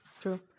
True